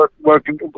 working